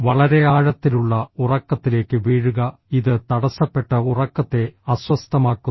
വളരെ ആഴത്തിലുള്ള ഉറക്കത്തിലേക്ക് വീഴുക ഇത് തടസ്സപ്പെട്ട ഉറക്കത്തെ അസ്വസ്ഥമാക്കുന്നു